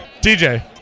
DJ